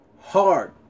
hard